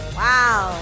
Wow